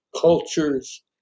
cultures